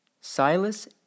Silas